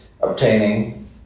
obtaining